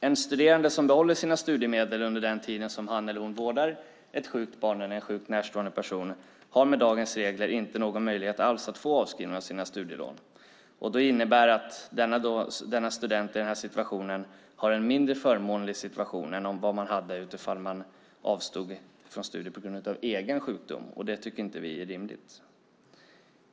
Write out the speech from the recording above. En studerande som behåller sina studiemedel under den tid han eller hon vårdar ett sjukt barn eller en sjuk närstående person har med dagens regler ingen möjlighet alls att få avskriva sina studielån. Det innebär att en student i denna situation har en mindre förmånlig situation än vad man hade haft om man hade avstått ifrån studier på grund av egen sjukdom. Detta tycker vi inte är rimligt.